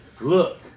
look